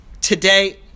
today